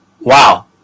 wow